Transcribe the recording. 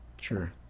sure